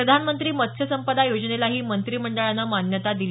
प्रधानमंत्री मत्स्य संपदा योजनेलाही मंत्रिमंडळानं मान्यता दिली